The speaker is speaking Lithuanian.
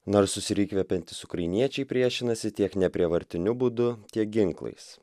narsūs ir įkvepiantys ukrainiečiai priešinasi tiek neprievartiniu būdu tiek ginklais